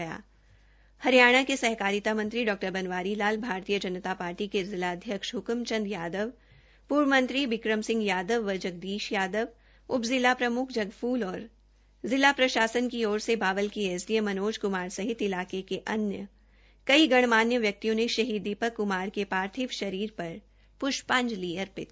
हरियाणा के सहकारिता अन्सूचित जाति एवं पिछड़ा कल्यण कल्याण मंत्री डा बनवारी लाल भारतीय जनता पार्धी के जिलाध्यक्ष हकम चंद यादव पूर्व मंत्री विक्रम सिंह यादव व जगदीश यादव उपल जिला प्रमुख जगफूल और जिला प्रशासन की ओर से बावल के S D M Manoj Kumar सहित इलाके की अन्य गणमान्य व्यक्तियों ने शहीद दीपक कुमार के पार्थिव शरीर पर पृष्पाजंलि अर्पित की